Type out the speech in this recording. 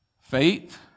Faith